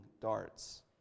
darts